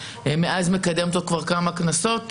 ומאז אני מקדמת אותו כבר כמה כנסות,